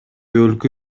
өлкө